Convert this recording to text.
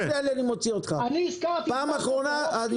אני קורא אותך לסדר בפעם האחרונה.